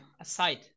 aside